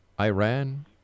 Iran